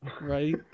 right